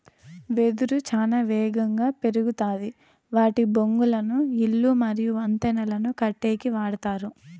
వెదురు చానా ఏగంగా పెరుగుతాది వాటి బొంగులను ఇల్లు మరియు వంతెనలను కట్టేకి వాడతారు